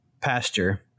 pasture